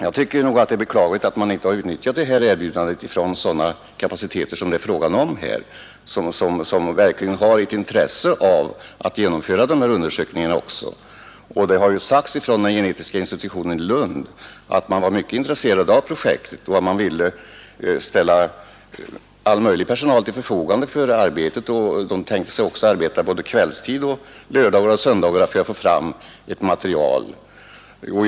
Jag tycker att det är beklagligt att man inte har utnyttjat forskarnas erbjudande, eftersom det är fråga om sådana kapaciteter och de verkligen har ett intresse av att genomföra de här undersökningarna. Det har ju sagts ifrån den genetiska institutionen i Lund att man var mycket intresserad av projektet och att man ville ställa all möjlig personal till förfogande för arbetet. De tänkte sig också arbeta både kvällstid och lördagar och söndagar för att få fram ett resultat.